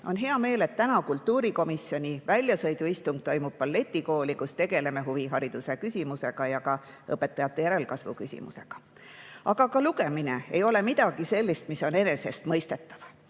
On hea meel, et täna kultuurikomisjoni väljasõiduistung toimub balletikoolis, kus me tegeleme huvihariduse küsimusega ja ka õpetajate järelkasvu küsimusega. Aga ka lugemine ei ole midagi sellist, mis on enesestmõistetav.